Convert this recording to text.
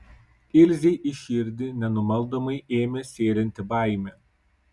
ilzei į širdį nenumaldomai ėmė sėlinti baimė